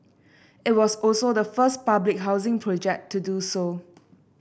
it was also the first public housing project to do so